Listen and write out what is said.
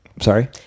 sorry